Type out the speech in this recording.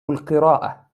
القراءة